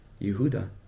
Yehuda